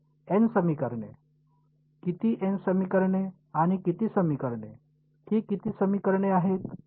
n समीकरणे किती n समीकरणे आणि किती समीकरणे ही किती समीकरणे आहेत